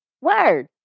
Word